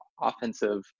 offensive